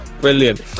Brilliant